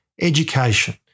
education